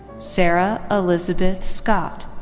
sarah elizabeth scott.